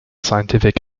scientific